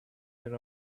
their